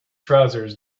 trousers